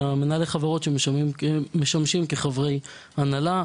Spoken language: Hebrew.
מנהלי חברות שמשמשים כחברי הנהלה.